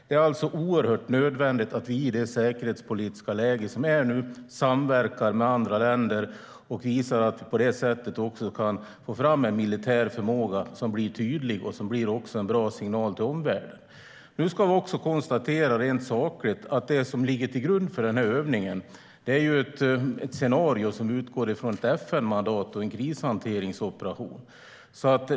Det är oerhört nödvändigt att i det säkerhetspolitiska läge som råder samverka med andra länder och visa att vi på det sättet kan få fram en militär förmåga som blir tydlig och en bra signal till omvärlden. Nu ska vi också rent sakligt konstatera att det som ligger till grund för övningen är ett scenario som utgår från ett FN-mandat och en krishanteringsoperation.